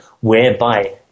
whereby